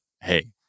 Hey